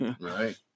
Right